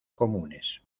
comunes